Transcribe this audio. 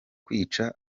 kwica